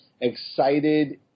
excited